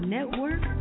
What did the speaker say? Network